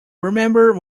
remember